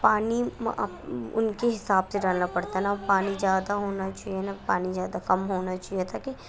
پانی ان کے حساب سے ڈالنا پڑتا ہے نا پانی زیادہ ہونا چاہیے نہ پانی زیادہ کم ہونا چاہیے تاکہ